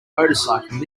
motorcycle